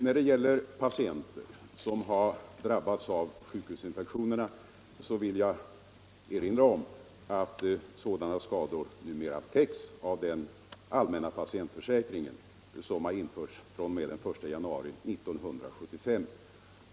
När det gäller patienter som har drabbats av sjukhusinfektioner vill jag erinra om att sådana skador numera täcks av den allmänna patientförsäkringen, som införts fr.o.m. den I januari 1975.